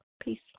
Peace